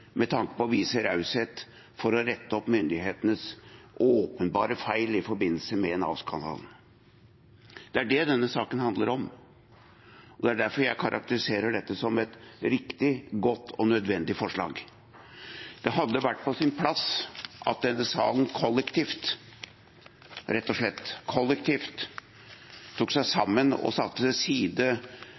med tanke på å vise raushet for å rette opp myndighetenes åpenbare feil i forbindelse med Nav-skandalen. Det er det denne saken handler om, og det er derfor jeg karakteriserer dette som et riktig, godt og nødvendig forslag. Det hadde vært på sin plass om denne salen kollektivt tok seg sammen og satte til side